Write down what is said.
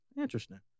Interesting